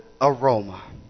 aroma